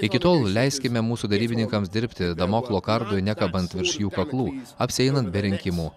iki tol leiskime mūsų derybininkams dirbti damoklo kardui nekabant virš jų kaklų apsieinant be rinkimų